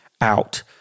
out